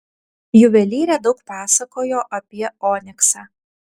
juvelyrė daug pasakojo apie oniksą